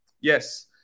Yes